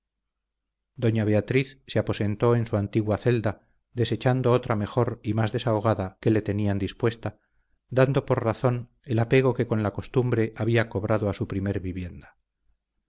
doña beatriz se aposentó en su antigua celda desechando otra mejor y más desahogada que le tenían dispuesta dando por razón el apego que con la costumbre había cobrado a su primer vivienda